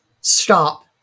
Stop